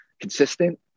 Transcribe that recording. consistent